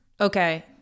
Okay